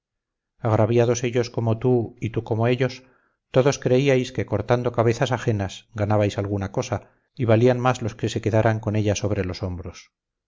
agraviados ellos como tú y tú como ellos todos creíais que cortando cabezas ajenas ganabais alguna cosa y valían más los que se quedaran con ella sobre los hombros